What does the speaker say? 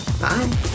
Bye